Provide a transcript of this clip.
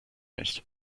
nicht